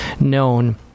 known